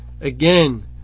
Again